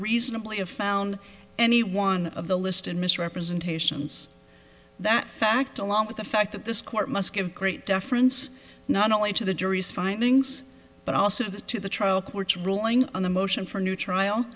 reasonably have found any one of the list and misrepresentations that fact along with the fact that this court must give great deference not only to the jury's findings but also to the trial court's ruling on the motion for new trial